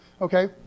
Okay